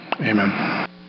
Amen